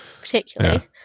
particularly